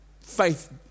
faith